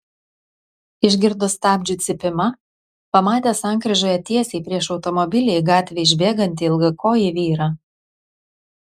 išgirdo stabdžių cypimą pamatė sankryžoje tiesiai prieš automobilį į gatvę išbėgantį ilgakojį vyrą